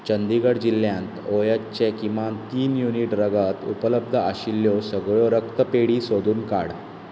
चंदीगड जिल्ल्यांत ओएच चें किमान तीन युनिट रगत उपलब्ध आशिल्ल्यो सगळ्यो रक्तपेढी सोदून काड